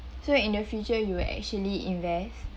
so in the future you will actually invest